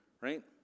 right